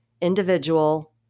individual